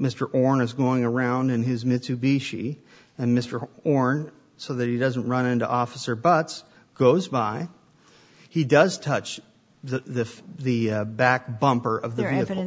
mr orne is going around in his mitsubishi and mr orne so that he doesn't run into officer butts goes by he does touch the the back bumper of there hav